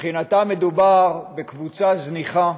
מבחינתם מדובר בקבוצה זניחה,